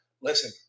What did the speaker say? Listen